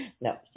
No